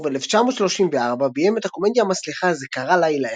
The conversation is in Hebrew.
וב-1934 ביים את הקומדיה המצליחה "זה קרה לילה אחד",